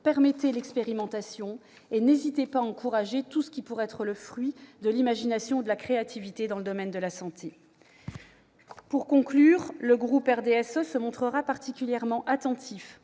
Permettez l'expérimentation, et n'hésitez pas à encourager tout ce qui pourrait être le fruit de l'imagination ou de la créativité dans le domaine de la santé. Le groupe du RDSE se montrera particulièrement attentif